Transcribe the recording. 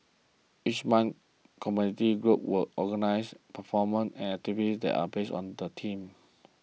each month community groups will organise performances and activities there based on a theme